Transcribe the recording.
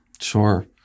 Sure